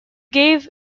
gave